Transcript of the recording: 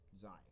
Zion